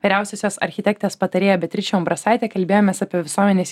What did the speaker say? vyriausiosios architektės patarėja beatriče umbrasaite kalbėjomės apie visuomenės